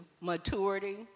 maturity